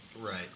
right